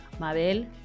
Mabel